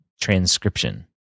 transcription